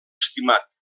estimat